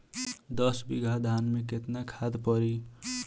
दस बिघा धान मे केतना खाद परी?